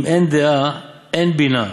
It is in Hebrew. אם אין דעת, אין בינה.